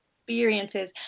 experiences